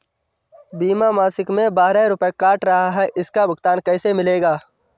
बीमा मासिक में बारह रुपय काट रहा है इसका भुगतान कैसे मिलेगा?